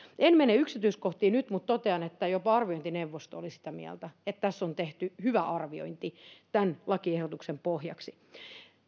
en mene nyt yksityiskohtiin mutta totean että jopa arviointineuvosto oli sitä mieltä että tässä on tehty hyvä arviointi tämän lakiehdotuksen pohjaksi